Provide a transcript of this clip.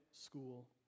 school